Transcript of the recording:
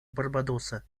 барбадоса